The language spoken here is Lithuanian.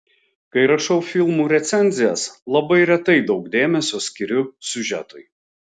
kai rašau filmų recenzijas labai retai daug dėmesio skiriu siužetui